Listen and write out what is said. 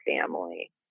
family